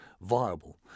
viable